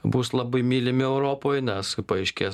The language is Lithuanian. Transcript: bus labai mylimi europoj nes paaiškės